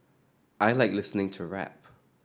I like listening to rap